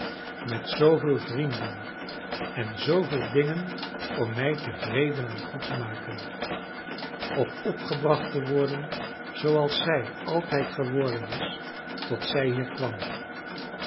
met zooveel vrienden en zooveel dingen om mij tevreden en goed te maken of opgebracht te worden zooals zij altijd geworden is tot zij hier kwam